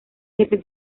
jefe